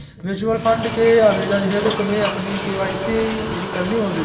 mutual fund के आवेदन हेतु तुम्हें अपनी के.वाई.सी पूरी करनी होगी